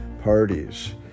parties